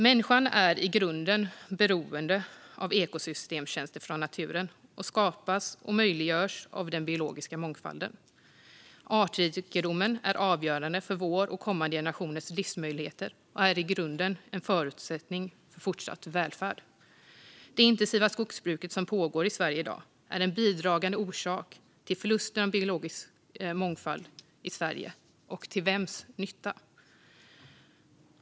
Människan är i grunden beroende av ekosystemtjänster från naturen som skapas och möjliggörs av den biologiska mångfalden. Artrikedomen är avgörande för vår generations och kommande generationers livsmöjligheter och är i grunden en förutsättning för fortsatt välfärd. Det intensiva skogsbruket som pågår i Sverige i dag är en bidragande orsak till förlusten av biologisk mångfald i Sverige, och till vems nytta?